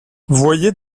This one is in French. voyez